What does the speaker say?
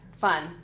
Fun